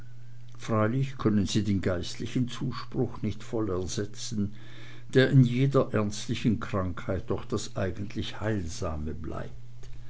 freilich können sie den geistlichen zuspruch nicht voll ersetzen der in jeder ernstlichen krankheit doch das eigentlich heilsame bleibt